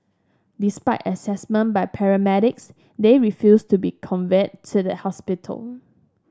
despite assessment by paramedics they refused to be conveyed to the hospital